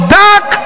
dark